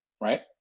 right